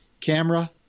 camera